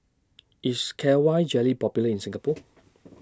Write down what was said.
IS K Y Jelly Popular in Singapore